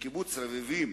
ובקיבוץ רביבים,